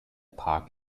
park